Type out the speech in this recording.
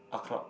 art club